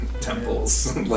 temples